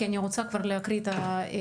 כי אני רוצה כבר להקריא את הצו.